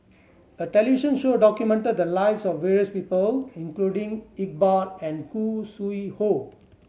a television show documented the lives of various people including Iqbal and Khoo Sui Hoe